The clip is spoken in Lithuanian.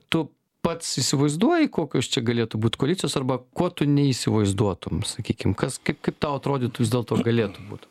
tu pats įsivaizduoji kokios čia galėtų būt koalicijos arba kuo tu neįsivaizduotum sakykim kas kaip tau atrodytų vis dėlto galėtų būt